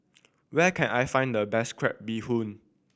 where can I find the best crab bee hoon